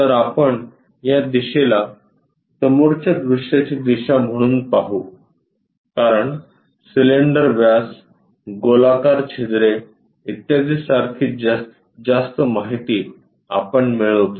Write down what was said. तरआपण या दिशेला समोरच्या दृश्याची दिशा म्हणून पाहू कारण सिलेंडर व्यास गोलाकार छिद्रे इत्यादी सारखी जास्तीत जास्त माहिती आपण मिळवितो